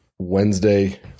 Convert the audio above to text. Wednesday